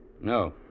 No